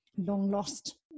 Long-lost